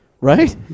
right